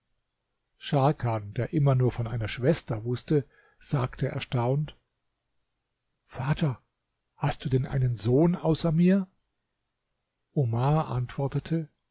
scharkan der immer nur von einer schwester wußte sagte erstaunt vater hast du denn einen sohn außer mir omar antwortete